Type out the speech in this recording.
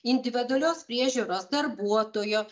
individualios priežiūros darbuotojo